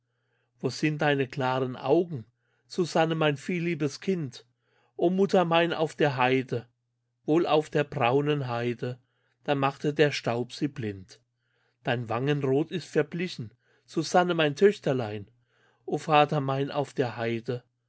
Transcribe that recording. wo sind deine klaren augen susanne mein vielliebes kind o mutter mein auf der heide wohl auf der braunen heide da machte der staub sie blind dein wangenrot ist verblichen susanne mein töchterlein o vater mein auf der heide